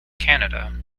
canada